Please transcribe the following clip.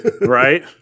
Right